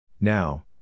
Now